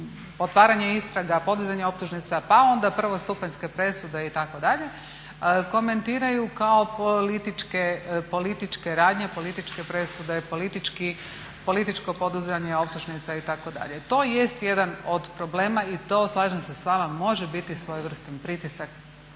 otvaranja istraga, podizanja optužnica pa onda prvostupanjske presude itd., komentiraju kao političke radnje, političke presude, političko podizanje optužnica itd.. To jest jedan od problema i to, slažem se s vama može biti svojevrstan pritisak